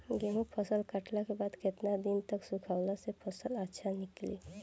गेंहू फसल कटला के बाद केतना दिन तक सुखावला से फसल अच्छा निकली?